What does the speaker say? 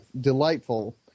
delightful